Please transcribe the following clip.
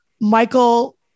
Michael